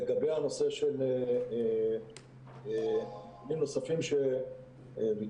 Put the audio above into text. לגבי הנושא של מוקדים נוספים שביקשת,